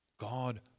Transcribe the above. God